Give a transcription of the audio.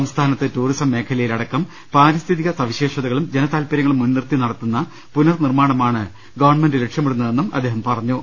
സംസ്ഥാനത്ത് ടൂറിസം മേഖലയിലടക്കം പാരിസ്ഥിതിക സവിശേഷതകളും ജനതാൽപര്യങ്ങളും മുൻനിർത്തി നടത്തുന്ന പുനർനിർമ്മാണമാണ് ഗവൺമെന്റ് ലക്ഷ്യമിടുന്നതെന്നും അദ്ദേഹം പറഞ്ഞു